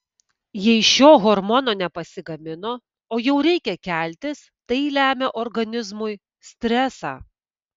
jei šio hormono nepasigamino o jau reikia keltis tai lemia organizmui stresą